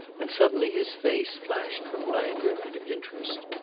and suddenly his face flashed from languor into interest.